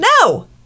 no